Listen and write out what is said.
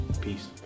Peace